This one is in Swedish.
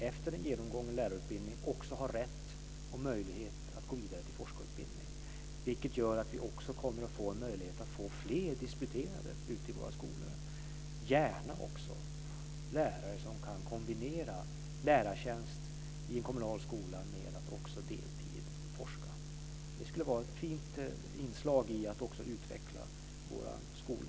Efter en genomgången lärarutbildning har man rätt och möjlighet att gå vidare till forskarutbildning, vilket gör att vi också kommer att få en möjlighet att få fler disputerade ute i våra skolor. Det kan gärna vara lärare som kan kombinera en lärartjänst i en kommunal skola med att forska på deltid. Det skulle vara ett fint inslag när det gäller att utveckla våra skolor.